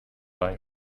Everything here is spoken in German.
bei